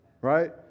right